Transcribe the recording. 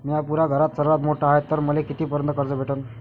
म्या पुऱ्या घरात सर्वांत मोठा हाय तर मले किती पर्यंत कर्ज भेटन?